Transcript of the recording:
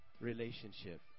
relationship